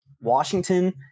Washington